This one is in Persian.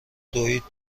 دوید